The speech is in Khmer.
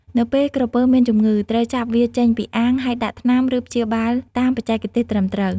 នៅពេលក្រពើមានជំងឺ ត្រូវចាប់វាចេញពីអាង ហើយដាក់ថ្នាំ ឬព្យាបាលតាមបច្ចេកទេសត្រឹមត្រូវ។